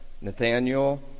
Nathaniel